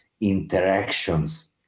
interactions